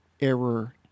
error